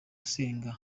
usenga